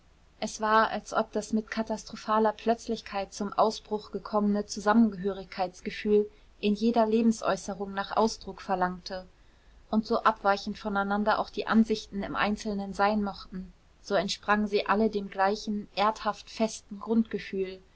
es war als ob das mit katastrophaler plötzlichkeit zum ausbruch gekommene zusammengehörigkeitsgefühl in jeder lebensäußerung nach ausdruck verlangte und so abweichend voneinander auch die ansichten im einzelnen sein mochten so entsprangen alle dem gleichen erdhaft festen grundgefühl